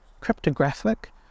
cryptographic